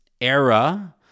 era